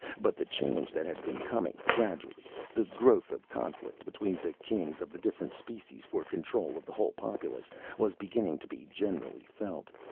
but the change that had been coming gradually the growth of conflict between the kings of the different species for control of the whole populace was beginning to be generally felt.